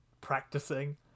practicing